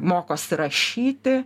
mokosi rašyti